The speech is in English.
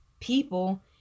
people